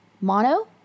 Mono